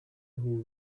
who